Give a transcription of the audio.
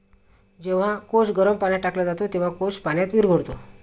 जेव्हा कोश गरम पाण्यात टाकला जातो, तेव्हा कोश पाण्यात विरघळतो